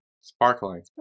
Sparkling